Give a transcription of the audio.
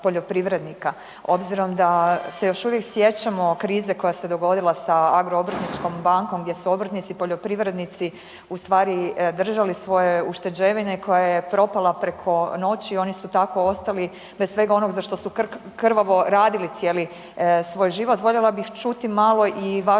Obzirom da još uvijek se sjećamo krize koja se dogodila sa Agro obrtničkom bankom gdje su obrtnici poljoprivrednici u stvari držali svoje ušteđevine i koja je propala preko noći oni su tako ostali bez svega onoga za što su krvavo radili cijeli svoj život. Voljela bih čuti malo i vašu